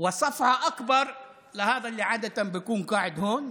( וסטירת לחי עוד יותר מהדהדת לזה שבדרך כלל יושב פה,